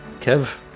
Kev